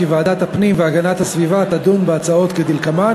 כי ועדת הפנים והגנת הסביבה תדון בהצעות כדלקמן: